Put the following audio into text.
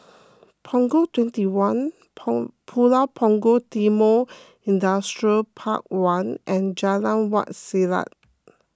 Punggol twenty one pun Pulau Punggol Timor Industrial Park one and Jalan Wak Selat